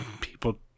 people